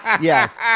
Yes